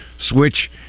switch